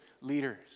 leaders